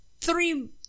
three